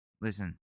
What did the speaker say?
listen